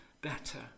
better